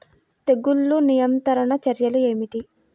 తెగులు నియంత్రణ చర్యలు ఏమిటి?